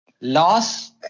loss